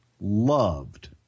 loved